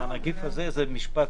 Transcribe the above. עם הנגיף הזה זה המשפט.